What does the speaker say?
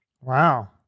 Wow